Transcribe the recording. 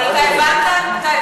אתה הבנת?